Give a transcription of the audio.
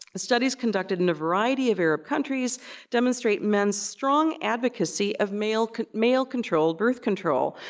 the studies conducted in a variety of arab countries demonstrate men's strong advocacy of male-controlled male-controlled birth control,